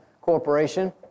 Corporation